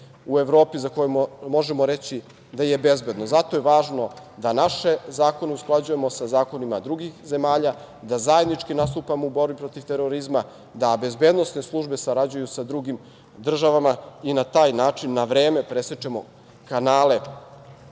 u Evropi za koje možemo reći da je bezbedno. Zato je važno da naše zakone usklađujemo sa zakonima drugih zemalja, da zajednički nastupamo u borbi protiv terorizma, da bezbednosne službe sarađuju sa drugim državama i da na taj način na vreme presečemo kanale